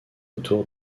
autour